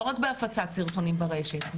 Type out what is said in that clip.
לא רק בהפצת סרטונים ברשת,